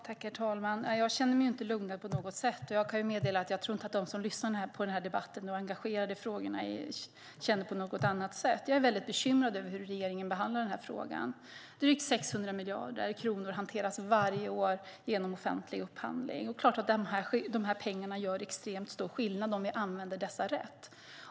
Herr talman! Jag känner mig inte lugnad på något sätt. Jag kan meddela att jag inte tror att de som lyssnar på den här debatten och är engagerade i frågan känner på något annat sätt. Jag är väldigt bekymrad över hur regeringen behandlar den här frågan. Drygt 600 miljarder kronor hanteras varje år genom offentlig upphandling. Det är klart att de pengarna gör extremt stor skillnad om vi använder dem rätt.